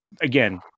again